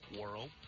world